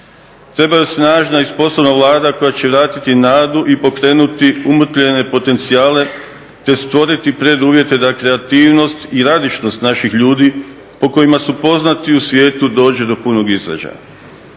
Treba joj snažna i sposobna Vlada koja će vratiti nadu i pokrenuti umrtvljene potencijale te stvoriti preduvjete da kreativnost i radišnost naših ljudi po kojima su poznati u svijetu dođe do punog izražaja.